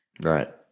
Right